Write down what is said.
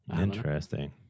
Interesting